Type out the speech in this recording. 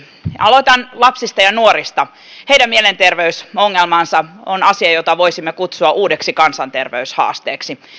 aloitan lapsista ja nuorista heidän mielenterveysongelmansa on asia jota voisimme kutsua uudeksi kansanterveyshaasteeksi